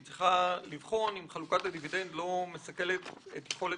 עליה לבחון אם חלוקת הדיבידנד לא מסכלת את יכולת